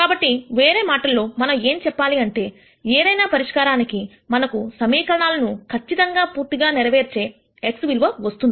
కాబట్టి వేరే మాటల్లో మనం ఏం చెప్పాలి అంటే ఏదైనా పరిష్కారానికి మనకు సమీకరణాలను ఖచ్చితంగా గా పూర్తిగా నెరవేర్చే x విలువ వస్తుంది